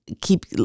keep